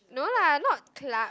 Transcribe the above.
no lah not club